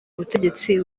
butegetsi